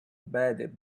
bad